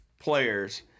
players